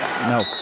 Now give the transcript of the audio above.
No